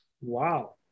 Wow